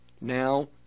Now